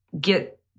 get